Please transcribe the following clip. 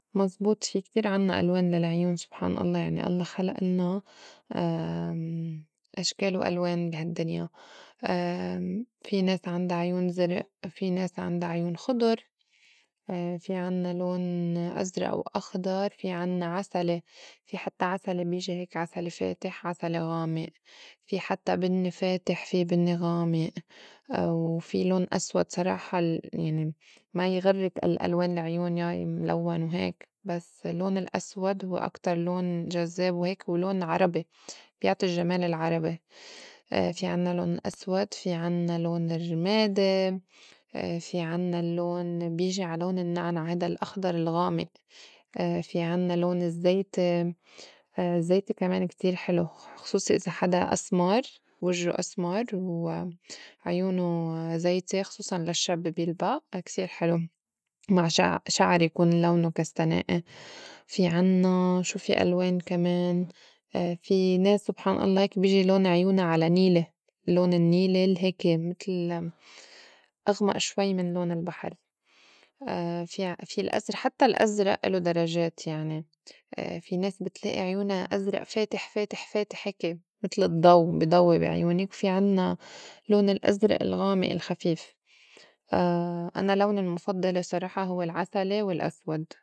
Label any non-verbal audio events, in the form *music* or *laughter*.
مزبوط في كتير عنّا ألوان للعيون. سُبحان الله يعني الله خلق لنا *hesitation* أشكال وألوان بي هالدّنيا *hesitation* في ناس عندا عيون زرِق، في ناس عندا عيون خُضُر، *hesitation* في عنّا لون أزرق و أخضر، في عنّا عسلي، في حتّى عسلي بيجي هيك عسلي فاتح، عسلي غامق، في حتّى بنّي فاتح، في بنّي غامق، و *hesitation* في لون أسود. صراحة اليعني ما يغرّك الألوان العيون ياي ملوّن وهيك بس لون الأسود هوّ أكتر لون جذّاب وهيك ولون عربي بيعطي الجمال العربي. *hesitation* في عنّا لون أسود، في عنّا لون رمادي، *hesitation* في عنّا اللّون بيجي على لون النّعنع هيدا الأخضر الغامق، *hesitation* في عنّا لون الزّيتي *hesitation* زيتي كمان كتير حلو خصوصي إذا حدا أسمر وجّو أسمر وعيونه *hesitation* زيتي خصوصاً للشّب بيلبئ كتير حلو *noise* مع ش- شعر يكون لونه كستنائي، في عنّا شو في ألوان كمان؟ *hesitation* في ناس سبحان الله هيك بيجي لون عيونا على نيلي لون النّيلي ال هيكي متل *hesitation* أغمق شوي من لون البحر، *hesitation* في الأ- في الأزر- حتّى الأزرق الو درجات يعني *hesitation* في ناس بتلائي عيونا أزرق فاتح فاتح فاتح هيكي متل الضّو بي ضوّي بعيونِك، في عنّا لون الأزرق الغامق الخفيف. *hesitation* أنا لوني المُفضّلي صراحة هو العسلي والأسود.